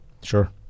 Sure